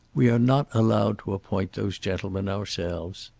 we are not allowed to appoint those gentlemen ourselves.